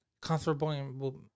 comfortable